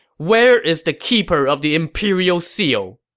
where is the keeper of the imperial seal!